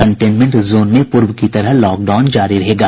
containment zone में पूर्व की तरह लॉकडाउन जारी रहेगा